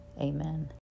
amen